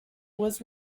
was